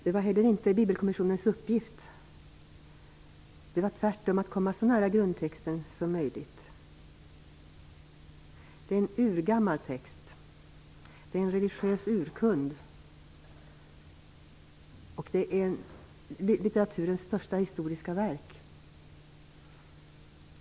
Det var heller inte Bibelkommissionens uppgift. Den var tvärtom att komma så nära grundtexten som möjligt. Det är en urgammal text. Det är en religiös urkund, och det är litteraturens största historiska verk.